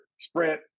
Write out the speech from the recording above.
sprint